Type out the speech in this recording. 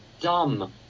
dumb